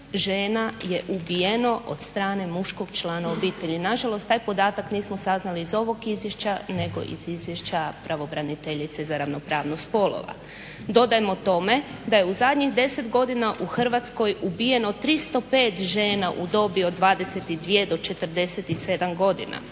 žena je ubijeno od strane muškog člana obitelji. Nažalost taj podatak nismo saznali iz ovog izvješća nego iz izvješća pravobraniteljice za ravnopravnost spolova. Dodajmo tome da je u zadnjih 10 godina u Hrvatskoj ubijeno 305 žena u dobi od 22 do 47 godina.